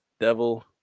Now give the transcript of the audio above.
devil